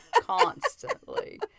constantly